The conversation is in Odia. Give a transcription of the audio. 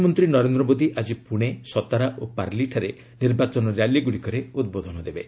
ପ୍ରଧାନମନ୍ତ୍ରୀ ନରେନ୍ଦ୍ର ମୋଦି ଆଜି ପୁଣେ ସତାରା ଓ ପାର୍ଲିଠାରେ ନିର୍ବାଚନ ର୍ୟାଲିଗୁଡ଼ିକରେ ଉଦ୍ବୋଧନ ଦେବେ